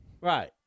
Right